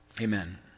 Amen